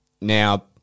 Now